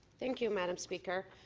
thank you, madam speaker.